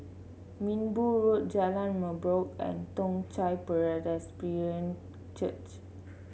Minbu Road Jalan Merbok and Toong Chai Presbyterian Church